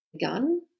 gun